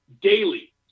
daily